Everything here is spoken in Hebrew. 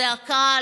לזעקה,